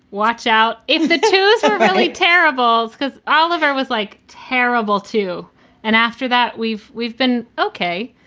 watch out. if the twos really terrible because oliver was like, terrible to and after that we've we've been ok.